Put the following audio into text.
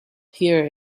here